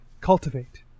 cultivate